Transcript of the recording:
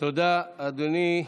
תודה, אדוני.